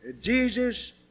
Jesus